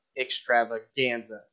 Extravaganza